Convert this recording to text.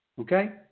okay